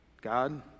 God